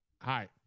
hi